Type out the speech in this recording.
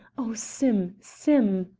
oh, sim! sim!